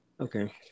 Okay